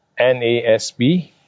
NASB